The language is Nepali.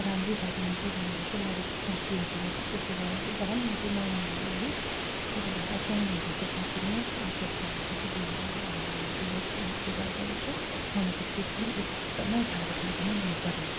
राम्री भएर हिँड्छु भनेर चाहिँ मैले त्यहाँ क्रिम किनेको थिएँ त्यसले गर्दा त झन् म चाहिँ नराम्री भएँ है त्यसैले गर्दा त्यहाँ नहेरी चाहिँ नकिन्नुहोस् आफ्नो छालाको चाहिँ जिम्मेवारी अरूलाई नदिनुहोस् भन्ने सुझाउ गर्दछु मलाई चाहिँ त्यो क्रिम एकदमै राम्रो लागेन मनपरेन